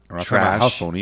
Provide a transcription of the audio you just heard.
trash